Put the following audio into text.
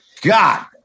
God